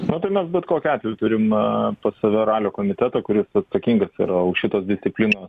nu tai mes bet kokiu atveju turim pas save ralio komitetą kuris atsakingas yra už šitos disciplinos